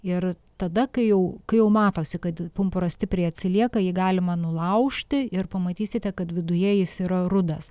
ir tada kai jau kai jau matosi kad pumpuras stipriai atsilieka jį galima nulaužti ir pamatysite kad viduje jis yra rudas